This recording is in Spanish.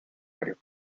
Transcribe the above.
varios